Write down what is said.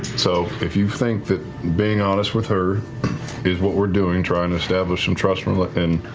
so if you think that being honest with her is what we're doing, trying to establish some trust from within,